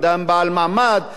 אדם בעל מעמד,